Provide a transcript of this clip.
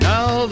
Now